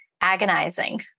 agonizing